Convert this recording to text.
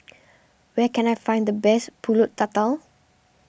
where can I find the best Pulut Tatal